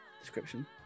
description